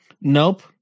Nope